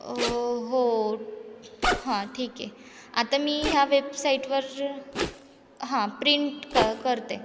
हो हो हा ठीक आहे आता मी ह्या वेबसाईटवर ज हा प्रिंट क करते